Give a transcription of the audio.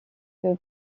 que